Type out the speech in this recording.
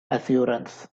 assurance